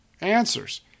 answers